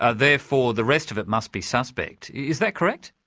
ah therefore the rest of it must be suspect. is that correct?